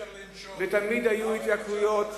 ומים מתייקרים,